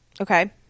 Okay